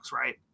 right